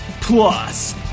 Plus